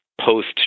post